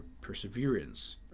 perseverance